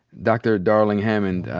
dr. darling-hammond,